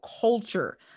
culture